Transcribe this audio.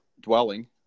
dwelling